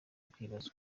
kwibazwa